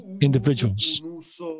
individuals